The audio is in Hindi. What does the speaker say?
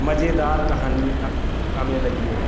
मजेदार कहानियाँ हमें लगी वो